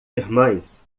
irmãs